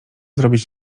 zrobić